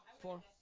Four